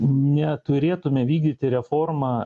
neturėtume vykdyti reformą